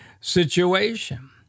situation